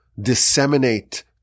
disseminate